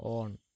on